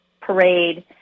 parade